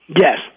Yes